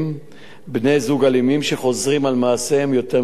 בני-זוג אלימים שחוזרים על מעשיהם יותר מפעם אחת.